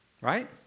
Right